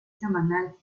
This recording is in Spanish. semanal